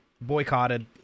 boycotted